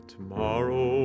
Tomorrow